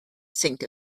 sink